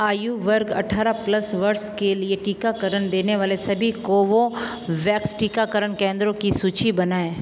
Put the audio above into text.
आयु वर्ग अठारह प्लस वर्ष के लिए टीकाकरण देने वाले सभी कोवोवैक्स टीकाकरण केंद्रों की सूची बनाएँ